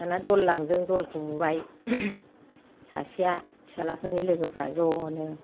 दाना दल लांदों दलखौ बुबाय सासेआ फिसाज्लाफोरनि लोगोफ्रा ज'नो